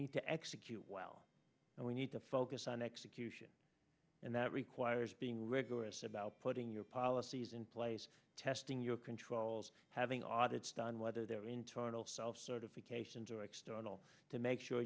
need to execute well and we need to focus on execution and that requires being rigorous about putting your policies in place testing your controls having audits done whether they're in total self certification to external to make sure